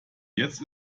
jetzt